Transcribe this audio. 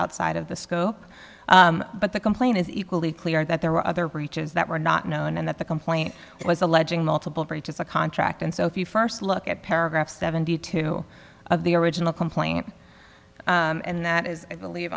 outside of the scope but the complaint is equally clear that there were other breaches that were not known and that the complaint was alleging multiple breaches a contract and so if you first look at paragraph seventy two of the original complaint and that is i believe